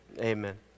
Amen